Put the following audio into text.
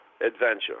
adventure